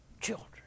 children